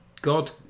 god